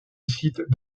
site